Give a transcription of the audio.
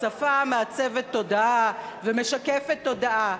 שפה מעצבת תודעה ומשקפת תודעה,